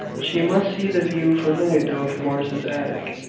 she must see the view from the window of morris's attic.